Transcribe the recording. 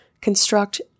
construct